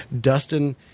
Dustin